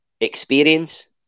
experience